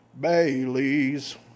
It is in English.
Bailey's